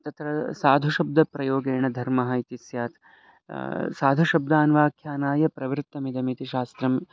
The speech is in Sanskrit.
तत्र साधुशब्दप्रयोगेण धर्मः इति स्यात् साधुशब्दानां वाक्यानां प्रवृत्तमिदम् इति शास्त्रम्